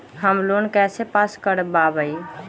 Home loan कैसे pass कर बाबई?